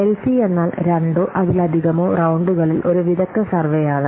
Delphi എന്നാൽ രണ്ടോ അതിലധികമോ റൌണ്ടുകളിൽ ഒരു വിദഗ്ദ്ധ സർവേയാണ്